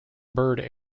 bird